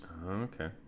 Okay